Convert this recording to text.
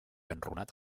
enrunat